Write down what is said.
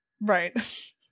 Right